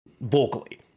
vocally